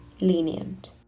lenient